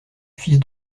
fils